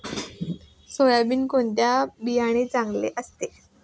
सोयाबीनचे कोणते बियाणे चांगले असते?